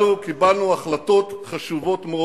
בכל הדברים הללו קיבלנו החלטות חשובות מאוד,